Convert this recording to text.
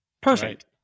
perfect